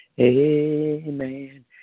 amen